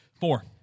Four